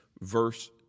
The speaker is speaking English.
Verse